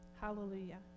hallelujah